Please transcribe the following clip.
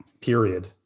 Period